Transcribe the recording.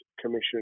Commission